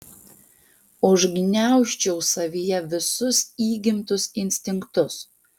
užgniaužčiau savyje visus įgimtus instinktus